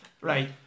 right